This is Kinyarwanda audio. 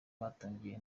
batangiye